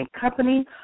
Company